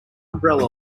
umbrella